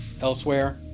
Elsewhere